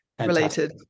related